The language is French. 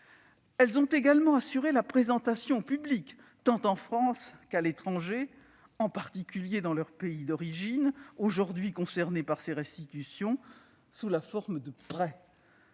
Elles en ont également assuré la présentation au public, tant en France qu'à l'étranger, en particulier dans leurs pays d'origine, aujourd'hui concernés par ces restitutions, sous la forme de prêts.